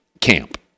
camp